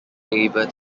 labor